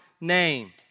name